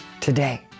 today